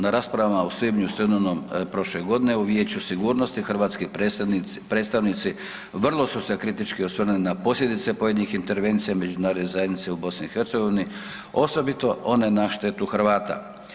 Na raspravama u svibnju … prošle godine u Vijeću sigurnosti hrvatski predstavnici vrlo su se kritički osvrnuli na posljedice pojedinih intervencija međunarodne zajednice u BiH osobito one na štetu Hrvata.